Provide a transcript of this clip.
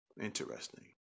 Interesting